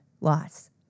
loss